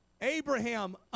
Abraham